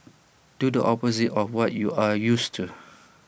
do the opposite of what you are used to